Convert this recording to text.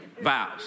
vows